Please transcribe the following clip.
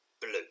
blue